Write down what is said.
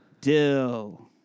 Dill